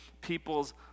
people's